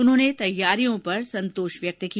उन्होंने तैयारियों पर संतोष व्यक्त किया